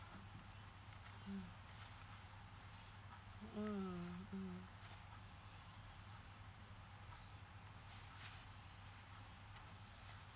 mm mm